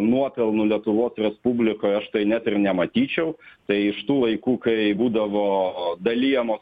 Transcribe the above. nuopelnų lietuvos respublikai aš tai net ir nematyčiau tai iš tų laikų kai būdavo dalijamos